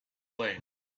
lame